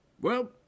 Well